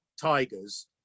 tigers